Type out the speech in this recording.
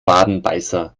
wadenbeißer